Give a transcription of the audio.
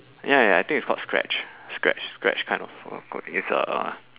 ya ya I think it's called scratch scratch scratch kind of uh coding it's uh